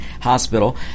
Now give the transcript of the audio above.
Hospital